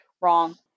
wrong